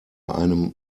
einem